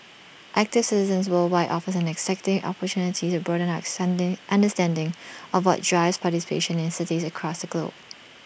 active Citizens Worldwide offers an exciting opportunity to broaden our sandy understanding of what drives participation in cities across the globe